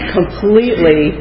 completely